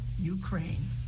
Ukraine